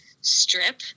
strip